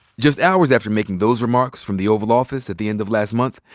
just hours after making those remarks from the oval office at the end of last month,